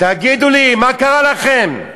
תגידו לי, מה קרה לכם?